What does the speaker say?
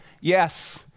yes